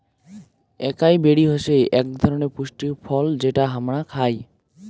একাই বেরি হসে আক ধরণনের পুষ্টিকর ফল যেটো হামরা খাই